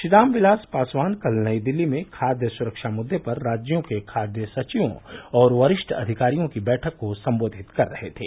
श्री रामविलास पासवान कल नई दिल्ली में खाद्य सुरक्षा मुद्दे पर राज्यों के खाद्य सचियों और वरिष्ठ अधिकारियों की बैठक को संबोधित कर रहे थे